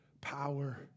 power